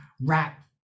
rap